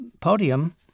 podium